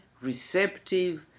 receptive